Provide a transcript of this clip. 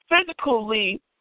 physically